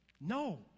No